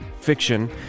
Fiction